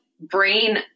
brain